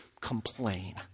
complain